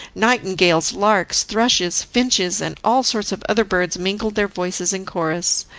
nightingales, larks, thrushes, finches, and all sorts of other birds mingled their voices in chorus.